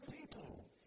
people